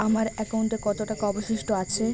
আমার একাউন্টে কত টাকা অবশিষ্ট আছে?